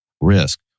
risk